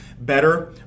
better